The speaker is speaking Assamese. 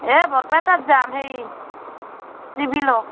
এই বৰপেটাত যাম সেই চিভিলত